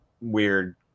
weird